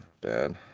Bad